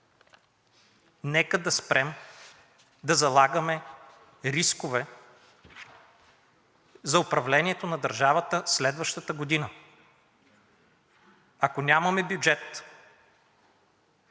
нека да спрем да залагаме рискове за управлението на държавата следващата година. Ако нямаме бюджет,